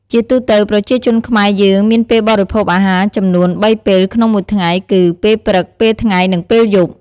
ជាទូទៅ ប្រជាជនខ្មែរយើងមានពេលបរិភោគអាហារចំនួន ៣ពេលក្នុងមួយថ្ងៃគឺ ពេលព្រឹក ពេលថ្ងៃ និងពេលយប់។